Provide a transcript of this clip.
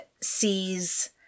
sees